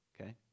Okay